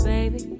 Baby